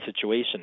situation